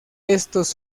estos